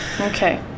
okay